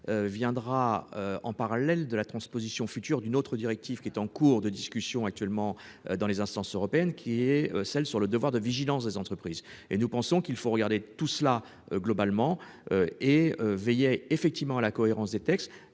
Viendra en parallèle de la transposition future d'une autre directive qui est en cours de discussion actuellement dans les instances européennes qui est celle sur le devoir de vigilance des entreprises et nous pensons qu'il faut regarder tout cela globalement. Et veillait effectivement à la cohérence des textes